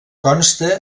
consta